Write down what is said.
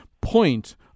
point